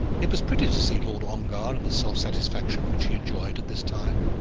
it was pretty to see lord ongar and the self-satisfaction which he enjoyed at this time.